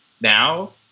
now